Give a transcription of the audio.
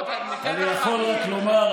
אני יכול רק לומר,